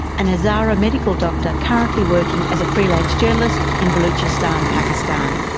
and hazara medical doctor currently working as a freelance journalist in baluchistan, pakistan.